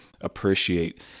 appreciate